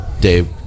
Dave